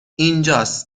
اینجاس